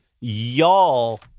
Y'all